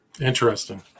Interesting